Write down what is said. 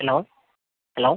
hello hello